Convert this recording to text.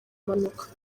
mpanuka